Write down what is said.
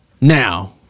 now